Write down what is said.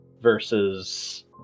versus